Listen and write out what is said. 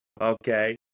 Okay